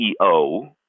CEO